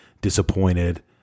disappointed